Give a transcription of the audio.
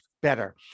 better